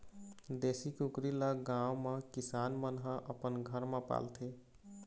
देशी कुकरी ल गाँव म किसान मन ह अपन घर म पालथे